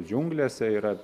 džiunglėse yra